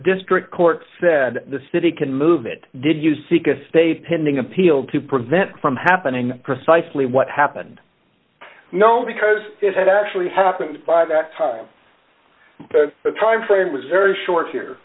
district court said the city can move it did you seek a stay pending appeal to prevent from happening precisely what happened because it had actually happened by that time the timeframe was very short here